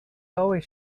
always